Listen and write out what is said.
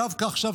דווקא עכשיו,